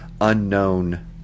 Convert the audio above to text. unknown